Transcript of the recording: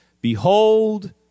Behold